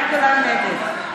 נא לשבת.